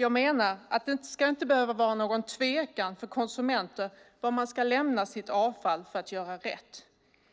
Jag menar att det inte ska behöva råda någon tvekan för konsumenter var man ska lämna sitt avfall för att göra rätt.